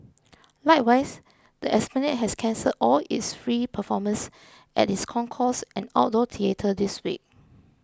likewise the Esplanade has cancelled all its free performances at its concourse and outdoor theatre this week